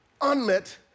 Unmet